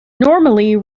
normally